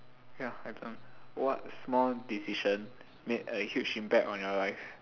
ya my turn what small decision made a huge impact on your life